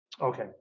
Okay